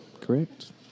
Correct